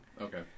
Okay